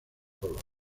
dolores